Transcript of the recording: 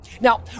Now